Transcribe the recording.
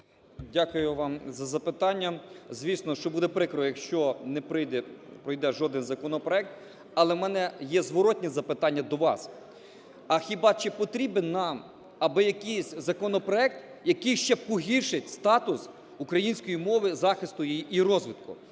Дякую вам за запитання. Звісно, що буде прикро, якщо не пройде жоден законопроект, але у мене є зворотне запитання до вас: а хіба чи потрібен нам аби якийсь законопроект, який ще погіршить статус української мови захисту її чи розвитку?